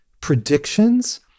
predictions